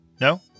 No